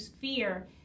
fear